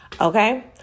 okay